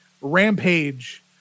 Rampage